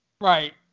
Right